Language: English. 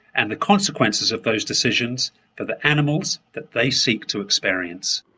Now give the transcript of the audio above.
and the consequences of those decisions for the animals that they seek to experience.